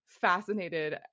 fascinated